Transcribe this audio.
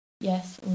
yes